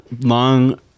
long